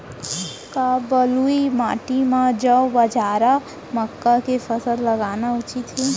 का बलुई माटी म जौ, बाजरा, मक्का के फसल लगाना उचित हे?